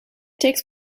takes